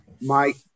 Mike